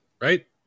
Right